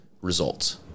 results